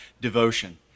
devotion